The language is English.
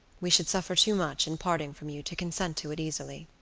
we should suffer too much in parting from you to consent to it easily.